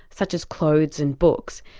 such as clothes and books,